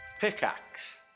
Pickaxe